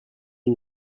une